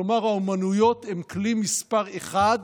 כלומר האומנויות הן כלי מספר אחת